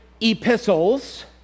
epistles